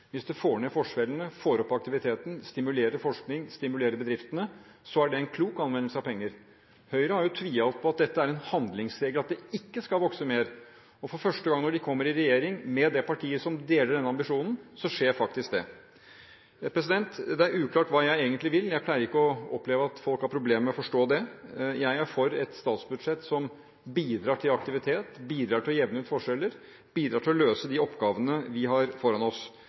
hvis det får ned forskjellene, får opp aktiviteten, stimulerer til forskning, stimulerer bedriftene, da er det en klok anvendelse av penger. Høyre har tviholdt på at dette er en handlingsregel, at det ikke skal vokse mer, og når de for første gang kommer i regjering med det partiet som deler denne ambisjonen, skjer faktisk det. Til det at det er uklart hva jeg egentlig vil: Jeg pleier ikke å oppleve at folk har problemer med å forstå det. Jeg er for et statsbudsjett som bidrar til aktivitet, bidrar til å jevne ut forskjeller, bidrar til å løse de oppgavene vi har foran oss.